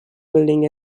building